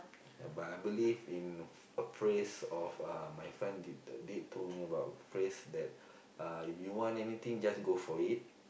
ya but I believe in a phr~ a phrase of uh my friend did did to me about a phrase that uh if you want anything just go for it